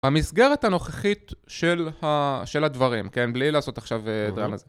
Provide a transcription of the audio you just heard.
במסגרת הנוכחית של הדברים, בלי לעשות עכשיו דרמה זה...